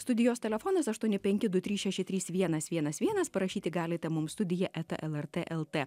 studijos telefonas aštuoni penki du trys šeši trys vienas vienas vienas parašyti galite mums studija eta lrt lt